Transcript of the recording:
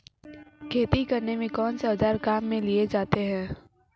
खेती करने में कौनसे औज़ार काम में लिए जाते हैं?